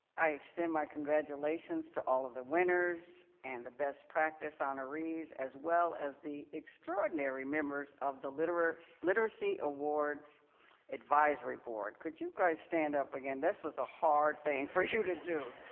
i extend my congratulations to all of the winners and the best practice honorees as well as the extraordinary members of the literacy literacy awards advisory board. could you guys stand up again? this was a hard thing for you to do.